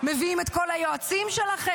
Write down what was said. אז מביאים את כל היועצים שלכם,